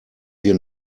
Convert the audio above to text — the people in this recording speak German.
wir